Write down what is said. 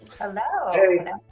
Hello